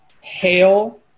hail